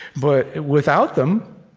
but without them,